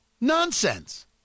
Nonsense